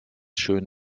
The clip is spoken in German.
schön